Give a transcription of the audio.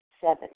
Seven